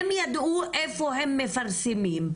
הם ידעו איפה הם מפרסמים,